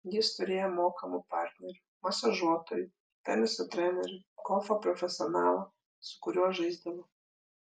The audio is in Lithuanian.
jis turėjo mokamų partnerių masažuotojų teniso trenerį golfo profesionalą su kuriuo žaisdavo